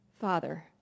Father